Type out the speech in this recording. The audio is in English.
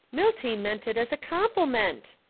milty meant it as a compelment.